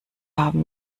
haben